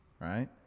Right